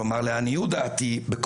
כלומר לעניות דעתי,